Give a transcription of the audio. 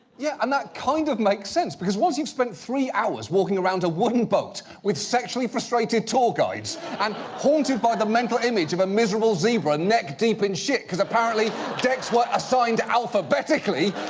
yeah, and that kind of makes sense because once you've spent three hours walking around a wooden boat with sexually frustrated tour guides and haunted by the mental image of a miserable zebra neck deep in shit, cause apparently decks were assigned alphabetically,